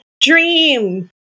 dream